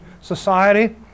society